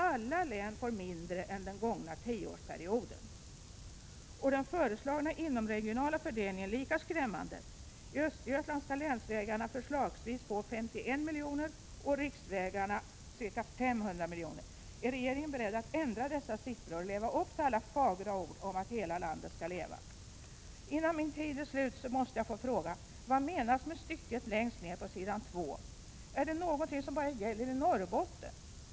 Alla län får mindre än under den gångna tioårsperioden. Och den föreslagna inomregionala fördelningen är lika skrämmande: I Östergötland skall länsvägarna förslagsvis få 51 miljoner och riksvägarna ca 500 miljoner. Är regeringen beredd att ändra dessa siffror och leva upp till alla fagra ord om att hela landet skall leva? Innan min taletid är slut måste jag få fråga: Vad menas med det femte stycket från slutet i svaret? Är det någonting som bara gäller i Norrbotten?